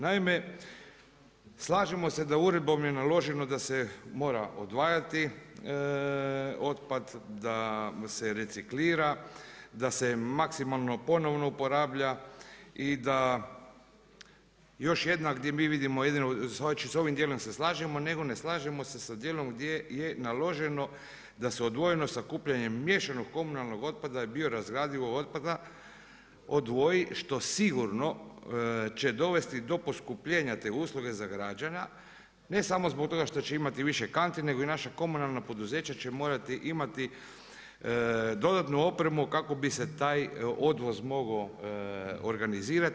Naime, slažemo se da uredbom je naloženo da se mora odvajati otpad, da se reciklira, da se maksimalno ponovno uporablja i da još jednom gdje mi vidimo da, znači sa ovim dijelom se slažemo, nego ne slažemo se sa dijelom gdje je naloženo da se odvojenim sakupljanjem miješanog komunalnog otpada i biorazgradivog otpada odvoji što sigurno će dovesti do poskupljenja te usluge za građana ne samo zbog toga što će imati više kanti, nego i naša komunalna poduzeća će morati imati dodatnu opremu kako bi se taj odvoz mogao organizirati.